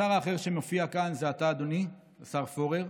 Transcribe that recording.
השר האחר שמופיע כאן זה אתה, אדוני השר פורר.